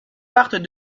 partent